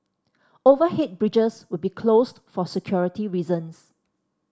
overhead bridges will be closed for security reasons